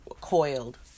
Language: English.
coiled